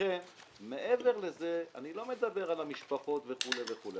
אני לא מדבר על המשפחות וכו' וכו',